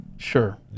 Sure